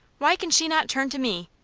why can she not turn to me?